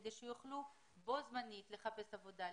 כדי שיוכלו בו זמנית לחפש עבודה,